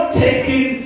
taking